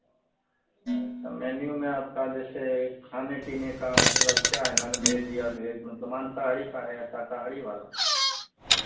अच्छा मैन्यू में आपका जैसे खाने पीने का मतलब क्या है नॉनभेज या भेज मतलब मांसाहारी का है या शाकाहारी वाला